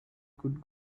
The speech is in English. could